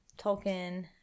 Tolkien